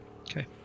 Okay